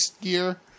gear